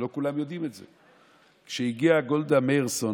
ולא כולם יודעים את זה: שהגיעה גולדה מאירסון,